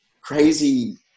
crazy